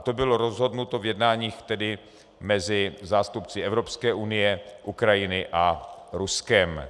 To bylo rozhodnuto v jednáních mezi zástupci Evropské unie, Ukrajiny a Ruska.